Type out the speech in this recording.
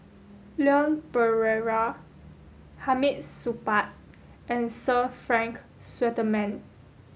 Leon Perera Hamid Supaat and Sir Frank Swettenham